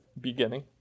beginning